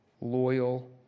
loyal